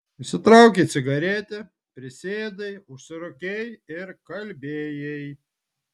išsitraukei cigaretę prisėdai užsirūkei ir kalbėjai